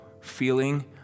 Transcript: feeling